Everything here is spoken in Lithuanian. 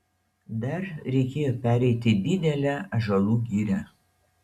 dar reikėjo pereiti didelę ąžuolų girią